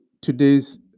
today's